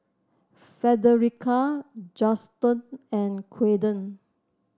Frederica Juston and Kaeden